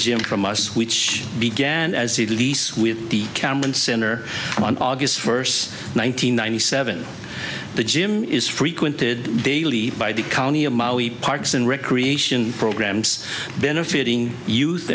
gym from us which began as the lease with the cameron center on august first one nine hundred ninety seven the gym is frequented daily by the county of maui parks and recreation programs benefiting